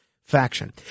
faction